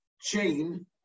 chain